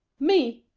me,